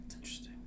interesting